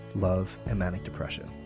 love and manic depression.